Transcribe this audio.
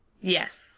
Yes